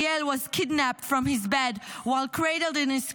Ariel was kidnapped from his bed while cradled in his